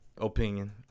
opinion